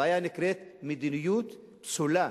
הבעיה נקראת מדיניות פסולה,